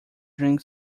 drink